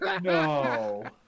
No